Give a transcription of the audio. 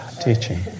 teaching